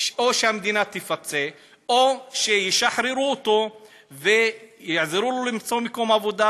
שהמדינה תפצה או שישחררו אותו ויעזרו לו למצוא מקום עבודה,